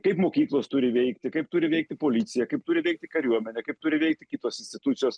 kaip mokyklos turi veikti kaip turi veikti policija kaip turi veikti kariuomenė kaip turi veikti kitos institucijos